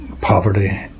poverty